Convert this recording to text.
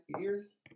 years